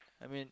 I mean